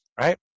right